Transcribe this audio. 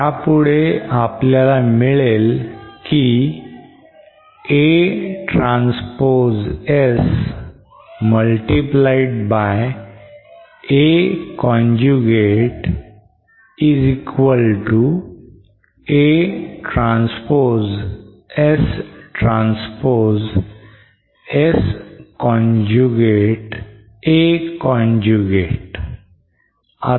यापुढे आपल्याला मिळेल की A transpose S multiplied by A conjugate is equal to A transpose S transpose S conjugate A conjugate